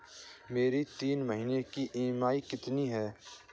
मेरी तीन महीने की ईएमआई कितनी है?